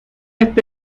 este